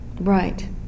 Right